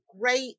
great